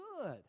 good